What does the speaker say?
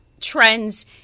trends